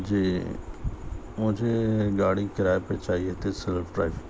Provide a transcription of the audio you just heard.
جی مجھے گاڑی کرائے پر چاہیے تھی صرف ٹریف